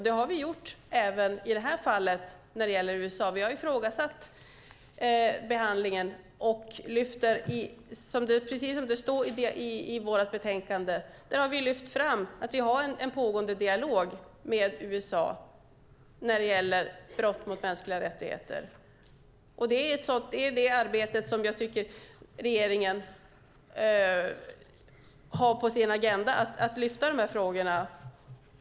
Det har vi gjort även i detta fall när det gäller USA - vi har ifrågasatt behandlingen, och precis som det står i vårt betänkande har vi en pågående dialog med USA när det gäller brott mot mänskliga rättigheter. Det är det arbete jag tycker att regeringen har på sin agenda, att lyfta fram dessa frågor.